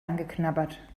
angeknabbert